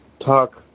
talk